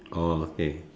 orh okay